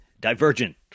Divergent